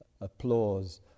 applause